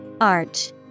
Arch